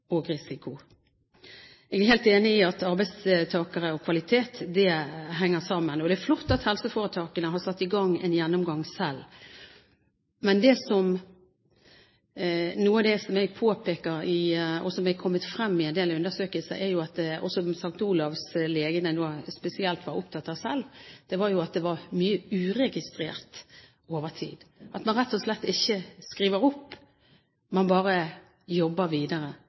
Jeg er helt enig i at arbeidstakere og kvalitet henger sammen, og det er flott at helseforetakene har satt i gang en gjennomgang selv. Men noe av det jeg påpeker – som også har kommet fram i en del undersøkelser, og som legene ved St. Olavs Hospital selv var spesielt opptatt av – var at det var mye uregistrert overtid. Man skriver rett og slett ikke opp, man jobber bare videre.